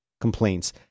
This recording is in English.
complaints